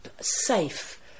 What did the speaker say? safe